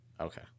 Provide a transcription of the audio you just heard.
Okay